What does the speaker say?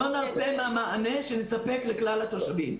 אנחנו לא נרפה מהמענה שנספק לכלל התושבים.